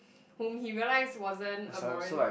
whom he realized wasn't a moral~